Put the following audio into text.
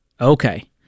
Okay